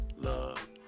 love